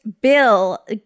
bill